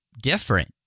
different